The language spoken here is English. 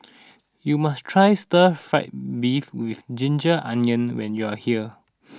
you must try Stir Fried Beef with Ginger Onions when you are here